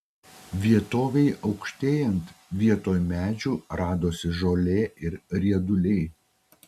vietovei aukštėjant vietoj medžių radosi žolė ir rieduliai